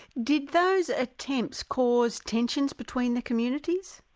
did those attempts cause tensions between the communities?